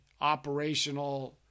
operational